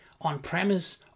on-premise